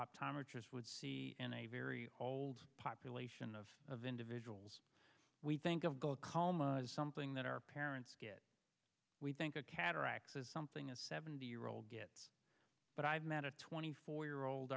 optometrist would see in a very old population of of individuals we think of go calma as something that our parents get we think of cataracts as something a seventy year old gets but i've met a twenty four year old